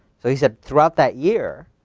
so he said throughout that year,